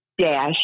dash